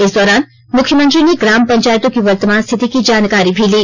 इस दौरान मुख्यमंत्री ने ग्राम पंचायतों की वर्तमान स्थिति की जानकारी भी ली